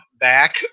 back